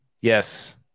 Yes